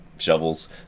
shovels